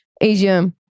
Asia